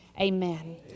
Amen